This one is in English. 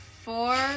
four